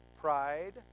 pride